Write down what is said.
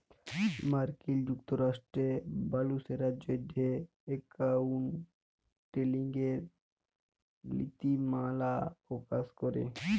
মার্কিল যুক্তরাষ্ট্রে মালুসের জ্যনহে একাউল্টিংয়ের লিতিমালা পকাশ ক্যরে